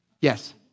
Yes